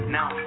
now